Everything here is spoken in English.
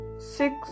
six